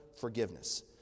forgiveness